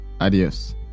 Adios